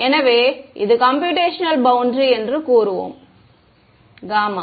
எனவே இது computational boundary என்று கூறுவோம் Γ